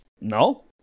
no